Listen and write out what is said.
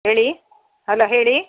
ಹೇಳಿ ಹಲೋ ಹೇಳಿ